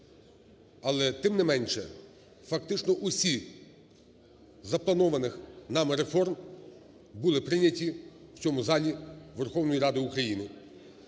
Але, тим не менше, фактично усі з запланованих нами реформ були прийняті в цьому залі Верховної Ради України.